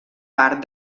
part